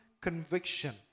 conviction